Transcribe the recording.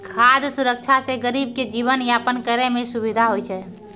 खाद सुरक्षा से गरीब के जीवन यापन करै मे सुविधा होय छै